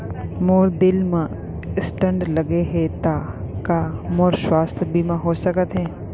मोर दिल मा स्टन्ट लगे हे ता का मोर स्वास्थ बीमा हो सकत हे?